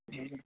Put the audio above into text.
جی جی